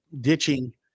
ditching